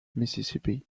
mississippi